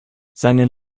seinen